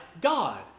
God